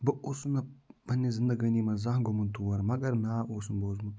بہٕ اوسُس نہٕ پنٛنہِ زندگٲنی منٛز زانٛہہ گوٚمُت تور مگر ناو اوسُم بوٗزمُت